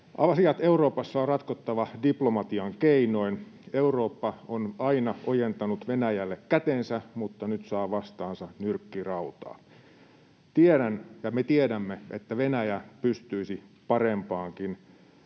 Asiat Euroopassa on ratkottava diplomatian keinoin. Eurooppa on aina ojentanut Venäjälle kätensä mutta nyt saa vastaansa nyrkkirautaa. Tiedän ja me tiedämme, että Venäjä pystyisi parempaankin,